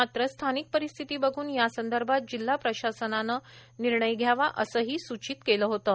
मात्र स्थानिक परिस्थिती बघून यासंदर्भात जिल्हा प्रशासनानं निर्णय घ्यावा असंही सूचित केलं होतं